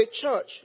church